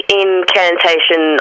incantation